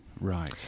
Right